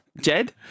Jed